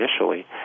initially